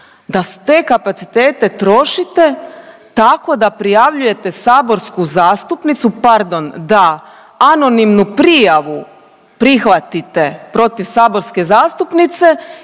da te kapacitete trošite tako da prijavljujete saborsku zastupnicu, pardon, da anonimnu prijavu prihvatite protiv saborske zastupnice